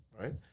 right